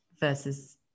Versus